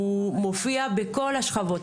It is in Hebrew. הוא מופיע בכל השכבות.